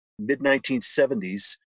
mid-1970s